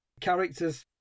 characters